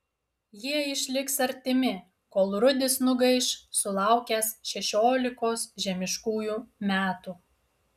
jie išliks artimi kol rudis nugaiš sulaukęs šešiolikos žemiškųjų metų